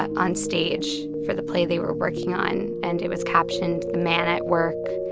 on stage for the play they were working on. and it was captioned the man at work,